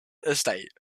estate